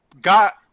got